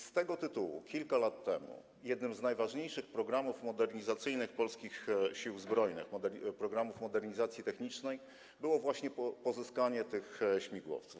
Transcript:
Z tego tytułu kilka lat temu jednym z najważniejszych programów modernizacyjnych polskich Sił Zbrojnych, programów modernizacji technicznej, było właśnie pozyskanie tych śmigłowców.